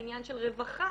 עניין של רווחה,